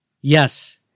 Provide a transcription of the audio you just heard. Yes